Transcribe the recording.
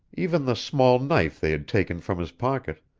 even the small knife they had taken from his pocket,